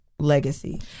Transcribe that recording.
Legacy